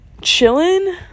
chilling